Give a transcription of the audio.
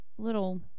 little